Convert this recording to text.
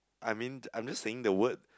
I mean I'm just saying the word